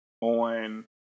on